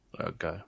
Okay